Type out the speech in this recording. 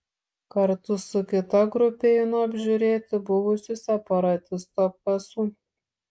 kartu su kita grupe einu apžiūrėti buvusių separatistų apkasų